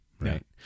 right